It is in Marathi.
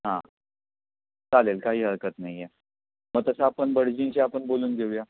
हां चालेल काही हरकत नाही आहे मग तसं आपण भटजींशी आपण बोलून घेऊ या